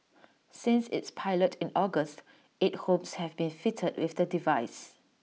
since its pilot in August eight homes have been fitted with the device